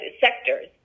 sectors